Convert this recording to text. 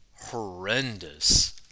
horrendous